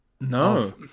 No